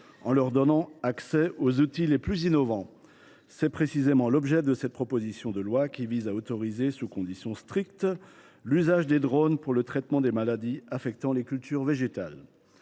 en leur donnant accès aux outils les plus innovants. C’est précisément l’objet de cette proposition de loi, qui vise à autoriser, sous conditions strictes, l’usage des drones pour le traitement des maladies affectant les cultures végétales.